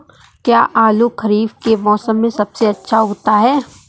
क्या आलू खरीफ के मौसम में सबसे अच्छा उगता है?